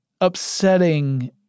upsetting